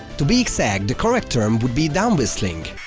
to be exact, the correct term would be downwhistling.